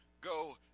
go